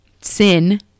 sin